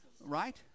right